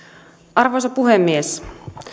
arvoisa puhemies